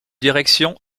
direction